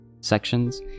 sections